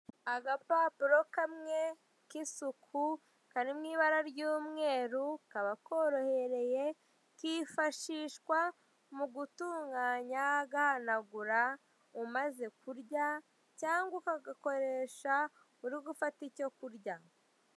Agapapuro kamwe k'isuku karimo ibara ry'umweru kaba korohereye kifashishwa mu gutanganya gahanagura umaze kurya cyangwa ukagakoresha uri gufata icyo kurya.